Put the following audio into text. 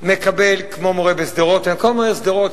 אני מסתפק בהעברת הנושא כהצעה לסדר-היום לוועדת העבודה,